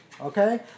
okay